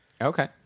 Okay